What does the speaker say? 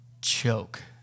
choke